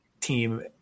team